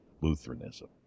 Lutheranism